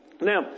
Now